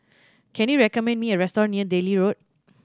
can you recommend me a restaurant near Delhi Road